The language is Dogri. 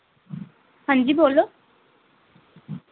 हांजी बोल्लो